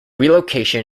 relocation